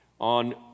On